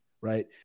right